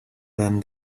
than